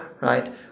right